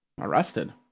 arrested